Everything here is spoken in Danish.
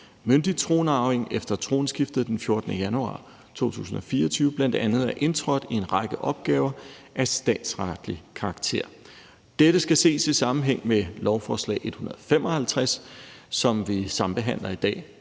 myndig tronarving efter tronskiftet den 14. januar 2024 bl.a. er indtrådt i en række opgaver af statsretlig karakter. Dette skal ses i sammenhæng med lovforslag nr. L 155, som vi sambehandler i dag.